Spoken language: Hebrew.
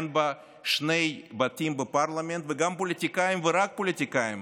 אין בה שני בתים בפרלמנט וגם פוליטיקאים ורק פוליטיקאים